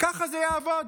ככה זה יעבוד.